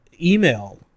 email